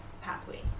pathway